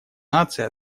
наций